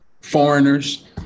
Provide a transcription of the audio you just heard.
foreigners